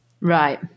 right